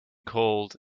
called